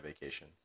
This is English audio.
vacation